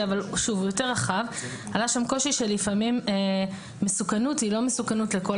- אבל הוא יותר רחב שלפעמים מסוכנות היא לא מסוכנות לכל